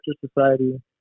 society